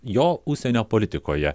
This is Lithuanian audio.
jo užsienio politikoje